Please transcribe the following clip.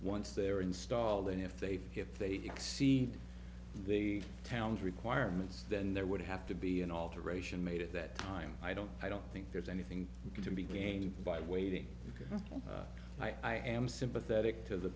once they're installed and if they get they exceed the town's requirements then there would have to be an alteration made at that time i don't i don't think there's anything to be gained by waiting and i am sympathetic to the